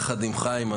יחד עם חיים,